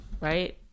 Right